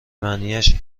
معنیاش